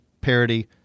parity